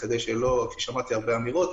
שמעתי הרבה אמירות,